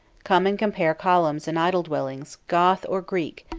come and compare columns and idol-dwellings, goth or greek,